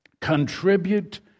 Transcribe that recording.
contribute